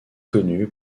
connues